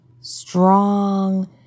strong